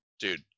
dude